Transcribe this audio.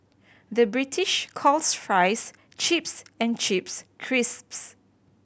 the British calls fries chips and chips crisps